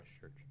church